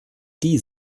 die